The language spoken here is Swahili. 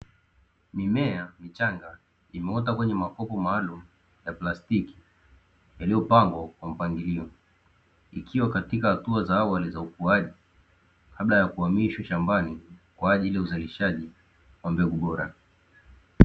Mimea michanga imeota kwenye makopo maalumu ya plastiki, yaliyopangwa kwa mpangilo, ikiwa katika hatua za awali za ukuaji kabla ya kuhamishwa shambani kwa ajili ya uzalishaji wa mbegu bora.